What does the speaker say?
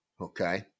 okay